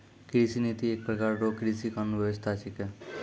कृषि नीति एक प्रकार रो कृषि कानून व्यबस्था छिकै